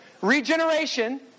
Regeneration